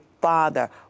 father